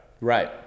Right